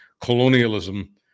colonialism